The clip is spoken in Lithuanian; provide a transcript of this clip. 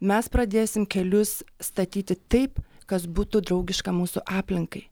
mes pradėsim kelius statyti taip kas būtų draugiška mūsų aplinkai